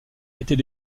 était